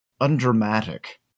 undramatic